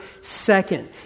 second